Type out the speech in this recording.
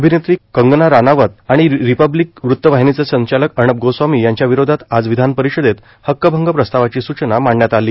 अभिनेत्री कंगना राणावत आणि रिपब्लिक वृत्तवाहिनीचे संचालक अर्णब गोस्वामी यांच्या विरोधात आज विधान परिषदेत हक्कभंग प्रस्तावाची सूचना मांडण्यात आली